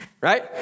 right